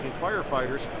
firefighters